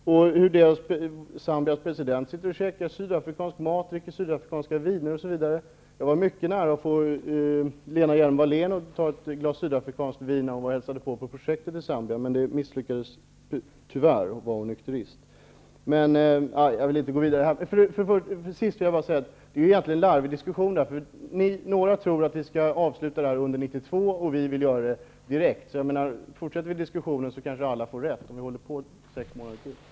Zambias president äter sydafrikansk mat och dricker sydafrikanska viner. Jag var mycket nära att få Lena Hjelm-Wallén att ta ett glas sydafrikanskt vin när hon var där och hälsade på. Det misslyckades tyvärr, för hon är nykterist. Till sist måste jag säga att det här egentligen är en larvig diskussion. Några vill att vi skall häva sanktionerna under 1992, och vi vill göra det direkt. Fortsätter vi diskussionen sex månader till kanske alla får rätt.